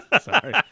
Sorry